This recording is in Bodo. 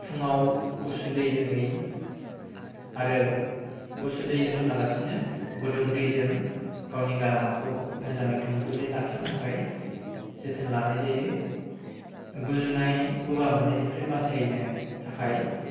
फुङाव गुसु दै लोङै आरो गुसु दै लोङालासिनो गुदुं दैजों गावनि गारामाखौ मोजाङै दुंब्रुदै लाखिनो थाखाय जोथोन लानाय जायो गुजुनाय गगा मोननायनिफ्राय बासायनो थाखाय